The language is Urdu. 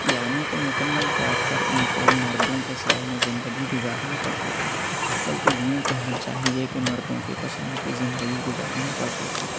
یعنی کہ مکمل طور پر اُن کو مردوں کے سائے میں زندگی گزارنی پڑتی تھی بلکہ یوں کہنا چاہیے کہ مردوں کے پسند کی زندگی گزارنی پڑتی تھی